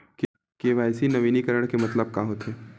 KYC नवीनीकरण के मतलब का होथे?